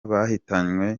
bahitanywe